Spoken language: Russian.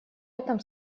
этом